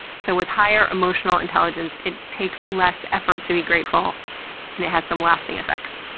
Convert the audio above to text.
so with higher emotional intelligence, it takes less effort to be grateful and it has some lasting effects.